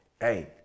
hey